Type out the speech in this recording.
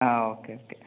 ആ okay okay